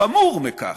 חמור מכך,